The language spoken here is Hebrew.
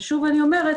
שוב אני אומרת,